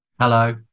Hello